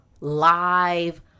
live